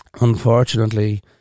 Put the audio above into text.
unfortunately